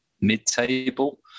mid-table